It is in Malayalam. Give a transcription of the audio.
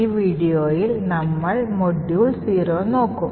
ഈ വീഡിയോയിൽ നമ്മൾ മൊഡ്യൂൾ 0 നോക്കും